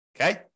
okay